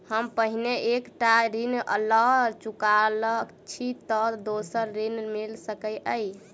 हम पहिने एक टा ऋण लअ चुकल छी तऽ दोसर ऋण मिल सकैत अई?